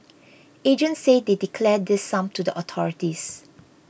agents say they declare this sum to the authorities